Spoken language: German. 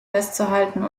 festzuhalten